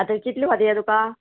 आतां कितले फोटी ये तुका